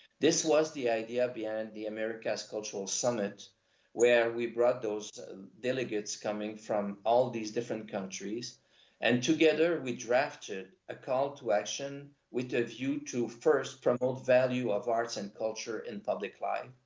this was the idea behind the americas cultural summit where we brought those delegates coming from all these different countries and together we drafted a call to action with a view to first promote value of arts and culture in public life.